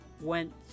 went